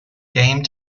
game